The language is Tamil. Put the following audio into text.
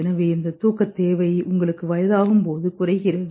எனவே இந்த தூக்கத் தேவை உங்களுக்கு வயதாகும்போது குறைகிறது